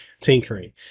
tinkering